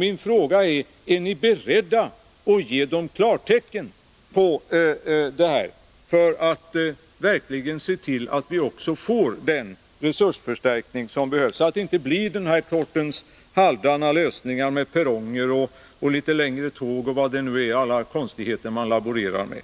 Min fråga är: Är ni beredda att ge ASEA klartecken i detta avseende för att verkligen se till att vi också får den resursförstärkning som behövs, så att det inte blir den här sortens halvdana lösningar med längre perronger, litet längre tåg och vad det nu är — alla konstigheter man laborerar med?